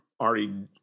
already